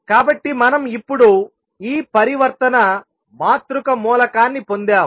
కాబట్టిమనం ఇప్పుడు ఈ పరివర్తన మాతృక మూలకాన్ని పొందాము